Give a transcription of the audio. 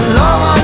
long